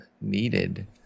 needed